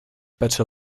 better